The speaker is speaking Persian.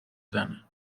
زنه